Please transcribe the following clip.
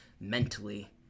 mentally